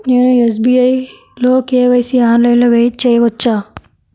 నేను ఎస్.బీ.ఐ లో కే.వై.సి ఆన్లైన్లో చేయవచ్చా?